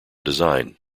design